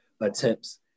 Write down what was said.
attempts